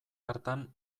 hartan